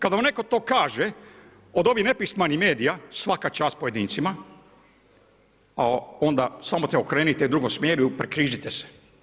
Kad vam netko to kaže, od ovih nepismenih medija, svaka čast pojedincima, a onda samo se okrenite u drugom smjeru i prekrižite se.